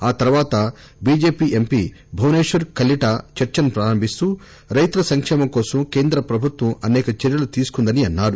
ఆ తర్పాత BJP MP Bhubaneswar Kalita చర్చను ప్రారంభిస్తూ రైతుల సంకేమం కోసం కేంద్రప్రభుత్వం అసేక చర్యలు తీసుకుందని అన్నారు